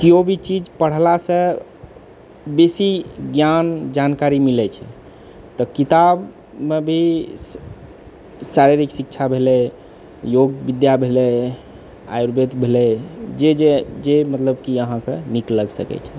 कियो भी चीज पढ़लासँ बेसी ज्ञान जानकारी मिलै छै तऽ किताबमे भी शारीरिक शिक्षा भेलै योग विद्या भेलै आयुर्वेद भेलै जे जे जे मतलब कि अहाँके नीक लागि सकै छै